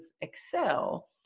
Excel